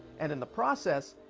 and, in the process,